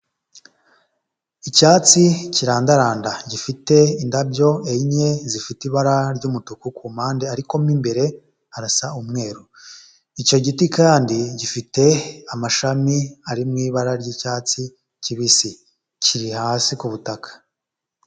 Icyatsi kirandaranda gifite indabyo enye zifite ibara ry'umutuku ku mpande ariko mo imbere harasa umweru icyo giti kandi gifite amashami ari mu ibara ry'icyatsi kibisi kiri hasi ku butaka.